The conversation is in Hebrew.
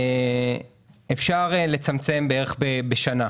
אפשר לצמצם בערך בשנה,